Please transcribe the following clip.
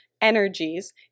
energies